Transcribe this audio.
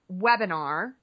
webinar